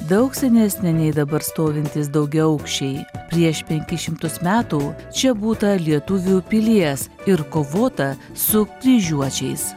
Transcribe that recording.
daug senesnė nei dabar stovintys daugiaaukščiai prieš penkis šimtus metų čia būta lietuvių pilies ir kovota su kryžiuočiais